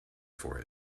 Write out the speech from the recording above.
for